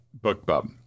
BookBub